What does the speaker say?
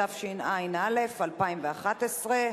התשע"א 2011,